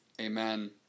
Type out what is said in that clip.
Amen